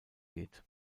geht